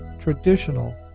traditional